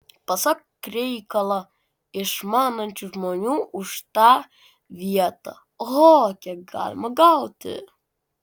pasak reikalą išmanančių žmonių už tą vietą oho kiek galima gauti